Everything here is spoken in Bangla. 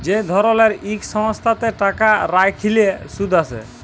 যে ধরলের ইক সংস্থাতে টাকা রাইখলে সুদ আসে